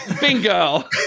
Bingo